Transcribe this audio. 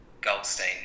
Goldstein